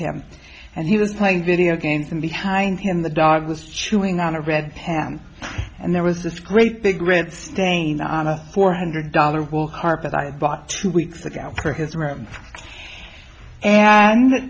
him and he was playing video games and behind him the dog was chewing on a red pen and there was this great big red stain on a four hundred dollar will harp that i had bought two weeks ago for his room and